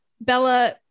bella